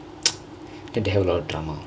tend to have a lot of drama